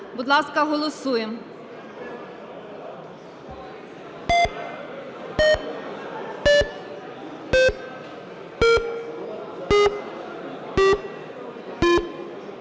Будь ласка голосуємо.